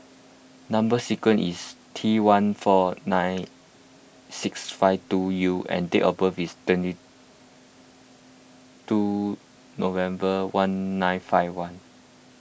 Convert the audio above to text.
Number Sequence is T one four nine six five two U and date of birth is twenty two November one nine five one